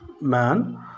man